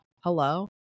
hello